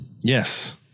Yes